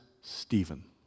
Stephen